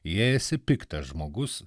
jei esi piktas žmogus